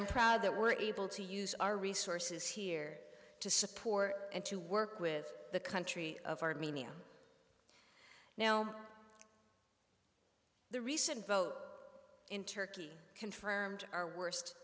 i'm proud that we're able to use our resources here to support and to work with the country of armenia now the recent vote in turkey confirmed our worst